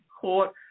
court